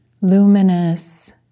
luminous